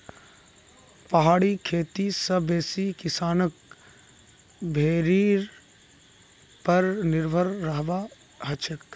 पहाड़ी खेती स बेसी किसानक भेड़ीर पर निर्भर रहबा हछेक